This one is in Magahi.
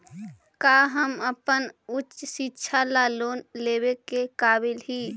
का हम अपन उच्च शिक्षा ला लोन लेवे के काबिल ही?